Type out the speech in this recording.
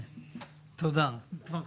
תודה אני כבר חוזר.